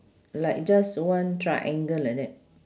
like just one triangle like that